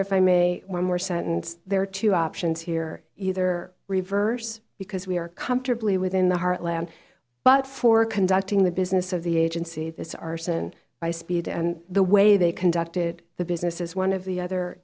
honor if i may one more sentence there are two options here either reverse because we are comfortably within the heartland but for conducting the business of the agency this arson by speed and the way they conducted the business as one of the other